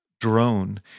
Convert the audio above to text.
drone